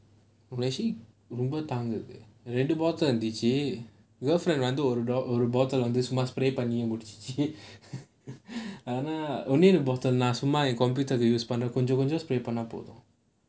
ரொம்ப:romba time இருக்கு ரெண்டு:irukku rendu bottle இருந்துச்சு:irunthuchchu girlfriend ஒரு:oru bottle வந்து சும்மா:vanthu summaa spray பண்ணி முடிச்சிருச்சு ஆனா இன்னொரு:panni mudichiruchchu aanaa innoru bottle நான் சும்மா:naan summaa computer use பண்ண கொஞ்சம் கொஞ்சம்:panna konjam konjam spary பண்ணா போதும்:pannaa pothum